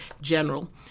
general